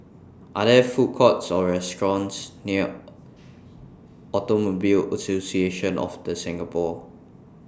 Are There Food Courts Or restaurants near Automobile Association of The Singapore